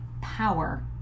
power